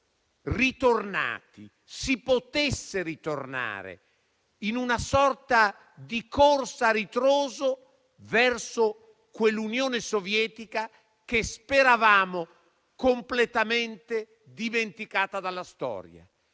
Berlino, che si potesse ritornare, in una sorta di corsa a ritroso, verso quell'Unione Sovietica che speravamo completamente dimenticata dalla storia.